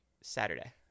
Saturday